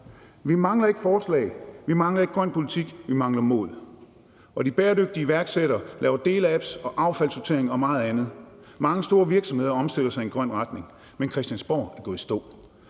Vi mangler ikke forslag, vi mangler ikke grøn politik. Vi mangler mod, og de bæredygtige iværksættere laver deleapps og affaldssortering og meget andet, mange store virksomheder omstiller sig i en grøn retning, men Christiansborg er gået i stå,